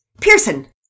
Pearson